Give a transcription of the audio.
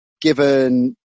given